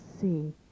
see